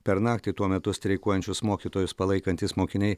per naktį tuo metu streikuojančius mokytojus palaikantys mokiniai